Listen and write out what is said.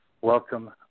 Welcome